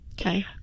Okay